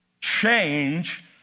change